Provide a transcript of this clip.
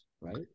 right